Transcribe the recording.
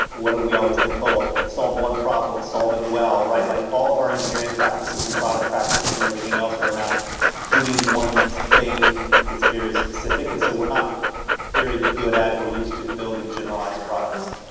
what have we always been told? solve one problem. solve it well. like all of our engineering practices and product practices and everything else are around doing one thing that's very specific. and so we're not very good at or used to building generalized products.